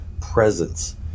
presence